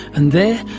and there,